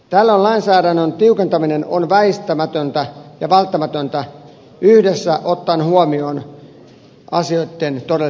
tällöin lainsäädännön tiukentaminen on väistämätöntä ja välttämätöntä yhdessä ottaen huomioon asioitten todelliset syyt